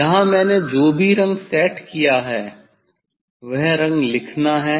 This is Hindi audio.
यहाँ मैंने जो भी रंग सेट किया है वह रंग लिखना है